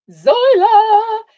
Zoila